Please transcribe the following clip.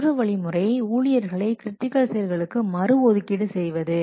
மற்றொரு வழிமுறை ஊழியர்களை கிரிட்டிக்கல் செயல்களுக்கு மறு ஒதுக்கீடு செய்வது